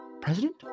president